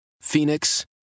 Phoenix